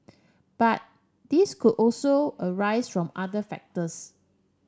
but these could also arise from other factors